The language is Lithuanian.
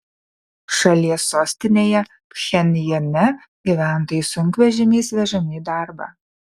šalies sostinėje pchenjane gyventojai sunkvežimiais vežami į darbą